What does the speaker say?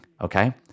Okay